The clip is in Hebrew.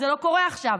זה לא קורה עכשיו.